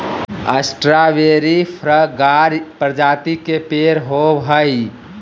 strawberry फ्रगार्य प्रजाति के पेड़ होव हई